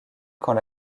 quand